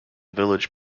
village